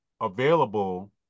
available